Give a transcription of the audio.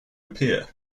appear